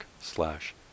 slash